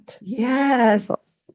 Yes